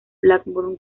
blackburn